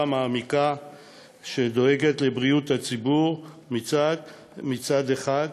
מעמיקה שדואגת לבריאות הציבור מצד אחד,